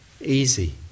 easy